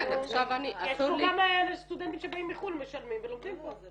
יש גם סטודנטים שבאים מחו"ל משלמים ולומדים פה.